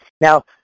Now